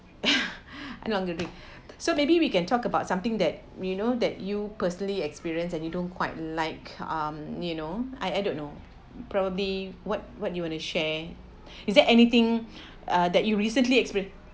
no okay okay so maybe we can talk about something that you know that you personally experience and you don't quite like um you know I I don't know probably what what you want to share is there anything uh that you recently experience